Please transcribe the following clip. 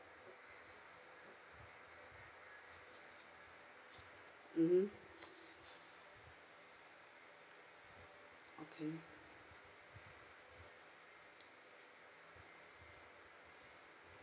mmhmm okay